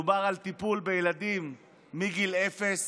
מדובר על טיפול בילדים מגיל אפס.